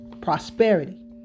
prosperity